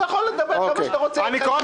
אתה יכול לדבר כמה שאתה רוצה --- אני קורא